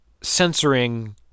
censoring